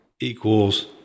equals